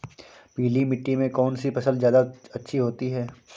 पीली मिट्टी में कौन सी फसल ज्यादा अच्छी होती है?